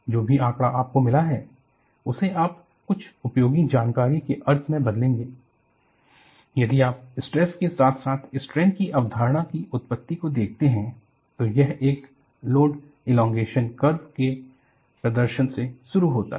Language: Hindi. जो भी आंकड़ा आपको मिला है उसे आप कुछ उपयोगी जानकारी के अर्थ मे बदलएगे यदि आप स्ट्रेस के साथ साथ स्ट्रेन की अवधारणा की उत्पत्ति को देखते हैं तो यह एक लोड इलॉंगेशन कर्व के प्रदर्शन से शुरु होता है